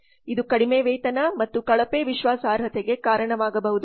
ಇದು ಕಡಿಮೆ ವೇತನ ಮತ್ತು ಕಳಪೆ ವಿಶ್ವಾಸಾರ್ಹತೆಗೆ ಕಾರಣವಾಗಬಹುದು